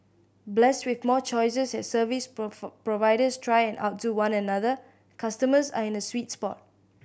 blessed with more choices as service providers try and outdo one another customers are in a sweet spot